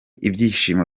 ibyishimo